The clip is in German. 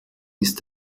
ist